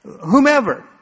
whomever